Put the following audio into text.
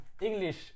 English